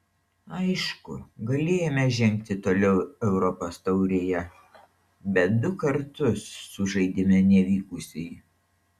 aišku galėjome žengti toliau europos taurėje bet du kartus sužaidėme nevykusiai